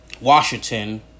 Washington